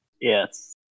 Yes